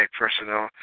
personnel